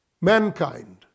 mankind